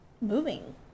moving